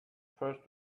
first